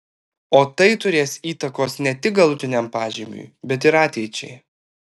o tai turės įtakos ne tik galutiniam pažymiui bet ir ateičiai